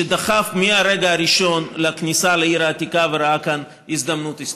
שדחף מהרגע הראשון לכניסה לעיר העתיקה וראה כאן הזדמנות היסטורית.